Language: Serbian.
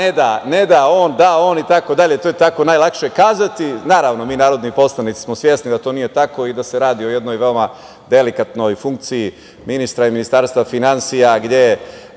ne dâ on, dâ on itd, to je tako najlakše kazati. Naravno, mi narodni poslanici smo svesni da to nije tako i da se radi o jednoj veoma delikatnoj funkciji ministra i Ministarstva finansija, gde